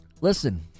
Listen